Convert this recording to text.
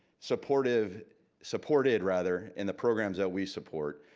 supported supported rather, in the programs that we support.